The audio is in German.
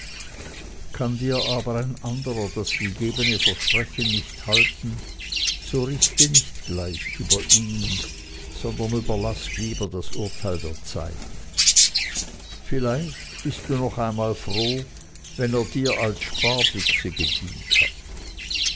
kann dir aber ein anderer das gegebene versprechen nicht halten so richte nicht gleich über ihn sondern überlaß lieber das urteil der zeit vielleicht bist du noch einmal froh wenn er dir als sparbüchse gedient hat